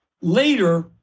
Later